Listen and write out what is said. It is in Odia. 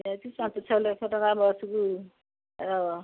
ଛଅ ଲକ୍ଷ ଟଙ୍କା ବର୍ଷକୁ